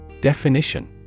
Definition